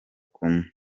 kumi